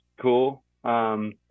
cool